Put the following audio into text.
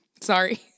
Sorry